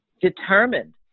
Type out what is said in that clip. determined